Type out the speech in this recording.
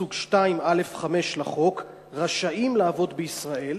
מסוג 2(א)(5) לחוק רשאים לעבוד בישראל?